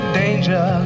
danger